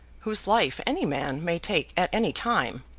whose life any man may take, at any time.